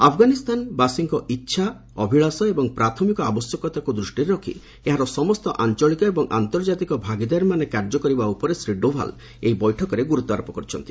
ଆଫଗାନବାସୀଙ୍କ ଇଚ୍ଛା ଅଭିଳାଷ ଏବଂ ପ୍ରାଥମିକ ଆବଶ୍ୟକତାକୁ ଦୃଷ୍ଟିରେ ରଖି ଏହାର ସମସ୍ତ ଆଞ୍ଚଳିକ ଏବଂ ଆନ୍ତର୍ଜାତିକ ଭାଗିଦାରୀମାନେ କାର୍ଯ୍ୟ କରିବା ଉପରେ ଶ୍ରୀ ଡୋଭାଲ୍ ଏହି ବୈଠକରେ ଗୁରୁତ୍ୱାରୋପ କରିଛନ୍ତି